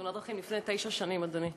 תאונת דרכים לפני תשע שנים, אדוני.